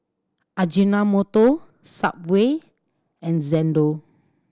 Ajinomoto Subway and Xndo